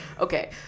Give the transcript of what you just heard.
Okay